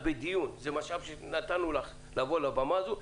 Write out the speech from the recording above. נתנו לך משאב לבוא לבמה הזו.